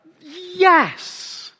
Yes